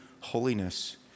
holiness